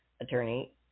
attorney